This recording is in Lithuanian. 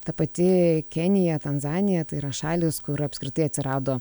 ta pati kenija tanzanija tai yra šalys kur apskritai atsirado